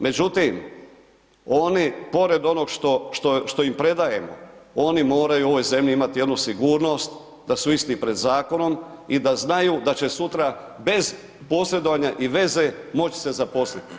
Međutim, oni pored onog što im predajemo, oni moraju u ovoj zemlji imati jednu sigurnost da su isti pred zakonom i da znaju da će sutra bez posredovanja i veze moći se zaposliti.